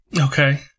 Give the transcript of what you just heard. okay